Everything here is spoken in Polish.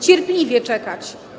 Cierpliwie czekać.